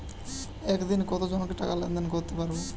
একদিন কত জনকে টাকা লেনদেন করতে পারবো?